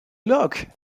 look